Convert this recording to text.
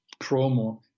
promo